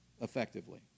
effectively